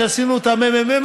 שעשינו עם הממ"מ,